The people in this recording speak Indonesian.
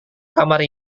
kamar